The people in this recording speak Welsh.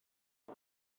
mae